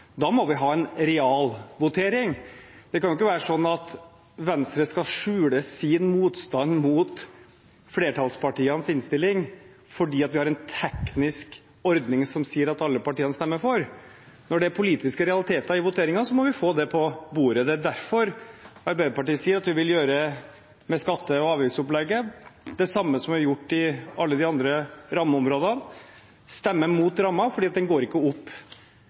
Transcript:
Da må vi ha en realvotering. Det kan jo ikke være sånn at Venstre skal kunne skjule sin motstand mot flertallspartienes innstilling fordi vi har en teknisk ordning som sier at alle partiene stemmer for. Når det er politiske realiteter i voteringen, må vi få det på bordet. Det er derfor Arbeiderpartiet sier at vi vil gjøre med skatte- og avgiftsopplegget det samme som vi har gjort med alle de andre rammeområdene: stemme imot rammen, for den går ikke opp